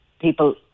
people